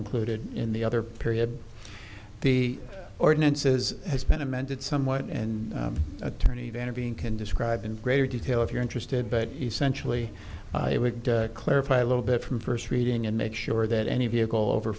included in the other period the ordinances has been amended somewhat and attorney to intervene can describe in greater detail if you're interested but essentially it would clarify a little bit from first reading and make sure that any vehicle over